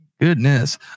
Goodness